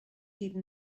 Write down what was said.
even